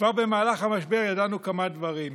כבר במהלך המשבר ידענו כמה דברים: